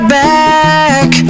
back